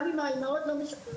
גם אם האימהות לא משחררות,